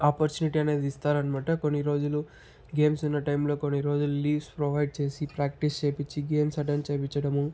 opportunity అనేది ఇస్తారు అన్నమాట కొన్ని రోజులు గేమ్స్ ఉన్న టైంలో కూడా కొన్ని రోజులు లీవ్స్ ప్రొవైడ్ చేసి ప్రాక్టీస్ చేయించి గేమ్స్ అట్టెండ్ చేయించడం